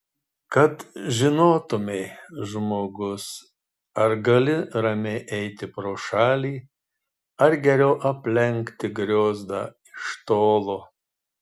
kad žinotumei žmogus ar gali ramiai eiti pro šalį ar geriau aplenkti griozdą iš tolo